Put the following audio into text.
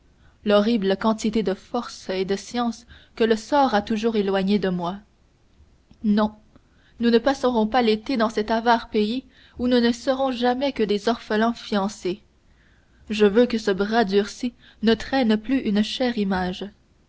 l'horrible quantité de force et de science que le sort a toujours éloignée de moi non nous ne passerons pas l'été dans cet avare pays où nous ne serons jamais que des orphelins fiancés je veux que ce bras durci ne traîne plus une chère image